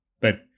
But-